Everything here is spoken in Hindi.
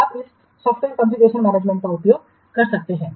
आप इस सॉफ़्टवेयर कॉन्फ़िगरेशनमैनेजमेंट का उपयोग कर सकते हैं